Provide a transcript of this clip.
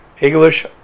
English